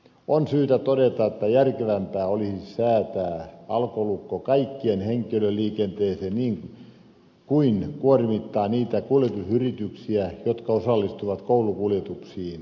on syytä todeta että järkevämpää olisi säätää alkolukko kaikkeen henkilöliikenteeseen kuin kuormittaa niitä kuljetusyrityksiä jotka osallistuvat koulukuljetuksiin